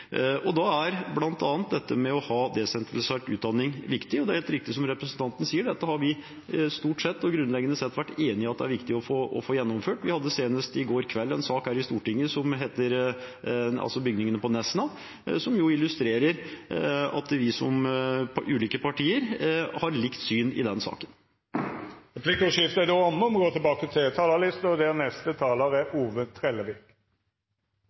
Da er bl.a. dette med å ha desentralisert utdanning viktig, og det er helt riktig som representanten sier, at dette har vi stort sett og grunnleggende sett vært enige om at er viktig å få gjennomført. Vi hadde senest i går kveld en sak her i Stortinget om bygningene på Nesna, som jo illustrerer at vi som ulike partier har likt syn i denne saken. Replikkordskiftet er omme. Koronakrisa har store konsekvensar for alle delar av samfunnet, også for kommunane. I kommuneproposisjonen, revidert nasjonalbudsjett og